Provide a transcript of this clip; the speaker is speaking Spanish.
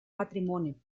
matrimonio